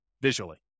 visually